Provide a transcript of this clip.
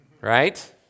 Right